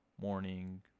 morning